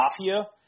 Mafia